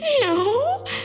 No